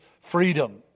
freedom